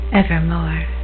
evermore